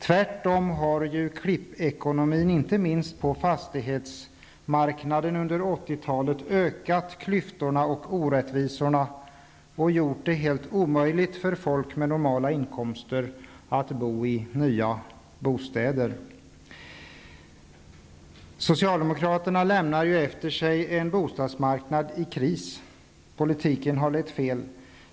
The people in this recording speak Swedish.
Tvärtom har ju klippekonomin, inte minst på fastighetsmarknaden, under 1980-talet ökat klyftorna och orättvisorna och gjort det helt omöjligt för folk med normala inkomster att bo i nya bostäder. Socialdemokraterna lämnar efter sig en bostadsmarknad i kris. Politiken har lett fel.